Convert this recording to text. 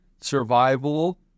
survival